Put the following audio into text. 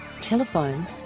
Telephone